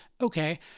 okay